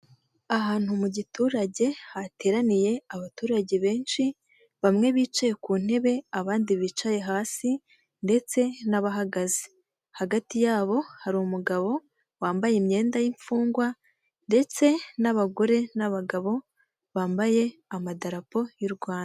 Ahantu mu giturage hateraniye abaturage benshi, bamwe bicaye ku ntebe abandi bicaye hasi ndetse n'abahagaze, hagati yabo hari umugabo wambaye imyenda y'imfungwa ndetse n'abagore n'abagabo, bambaye amadarapo y'u Rwanda.